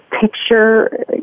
picture